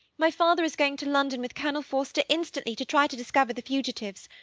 my father is going to london with colonel forster instantly to try to discover the fugitives.